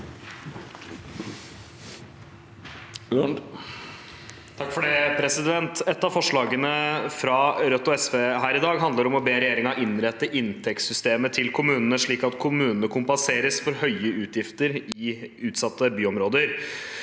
Lund (R) Et av forslag- ene fra Rødt og SV her i dag handler om å be regjeringen innrette inntektssystemet til kommunene slik at kommunene kompenseres for høye utgifter i utsatte byområder.